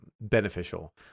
beneficial